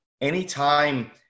anytime